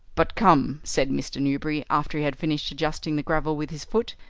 but come, said mr. newberry, after he had finished adjusting the gravel with his foot,